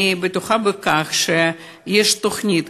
אני בטוחה שיש תוכנית,